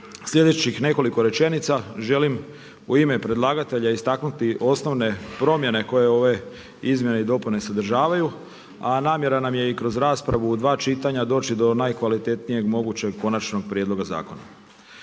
sljedećih nekoliko rečenica želim u ime predlagatelja istaknuti osnovne promjene koje ove izmjene i dopune sadržavaju, a namjera nam je i kroz raspravu u dva čitanja doći do najkvalitetnijeg mogućeg konačnog prijedloga zakona.